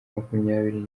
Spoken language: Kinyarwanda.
makumyabiri